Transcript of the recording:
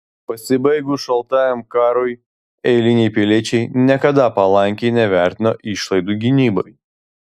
pasibaigus šaltajam karui eiliniai piliečiai niekada palankiai nevertino išlaidų gynybai